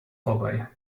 vorbei